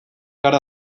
gara